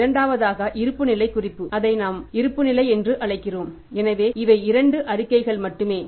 இரண்டாவதாக இருப்புநிலை குறிப்பு அதை இருப்புநிலை என்று அழைக்கிறோம் எனவே இவை 2 அறிக்கைகள் மட்டுமே